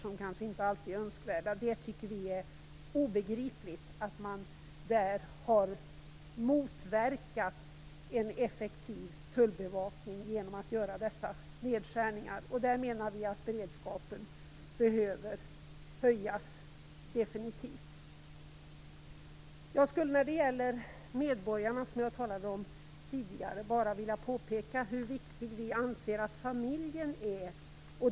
Vi tycker att det är obegripligt att man i detta sammanhang har motverkat en effektiv tullbevakning genom att göra dessa nedskärningar. Vi menar att beredskapen absolut behöver höjas där. Jag skulle också när det gäller medborgarna, som jag talade om tidigare, bara vilja påpeka hur viktig vi anser att familjen är.